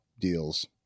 deals